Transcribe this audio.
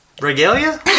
regalia